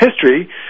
history